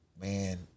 man